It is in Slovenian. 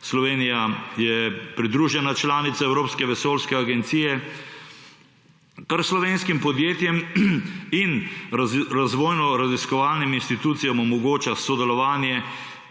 Slovenija je pridružena članica Evropske vesoljske agencije, kar slovenskim podjetjem in razvojnoraziskovalnim institucijam omogoča sodelovanje